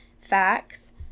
facts